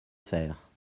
faire